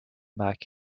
back